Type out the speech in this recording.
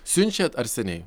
siunčiat ar seniai